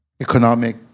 Economic